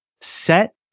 Set